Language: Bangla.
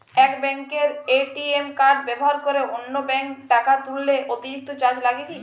এক ব্যাঙ্কের এ.টি.এম কার্ড ব্যবহার করে অন্য ব্যঙ্কে টাকা তুললে অতিরিক্ত চার্জ লাগে কি?